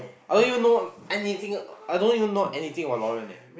I don't even know I don't even know anything about Lauren leh